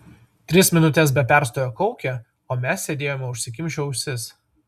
tris minutes be perstojo kaukė o mes sėdėjome užsikimšę ausis